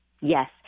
Yes